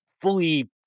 fully